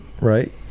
right